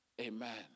Amen